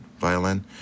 violin